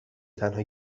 تنها